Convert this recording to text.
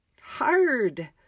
hard